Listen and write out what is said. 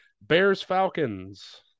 Bears-Falcons